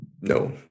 no